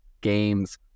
games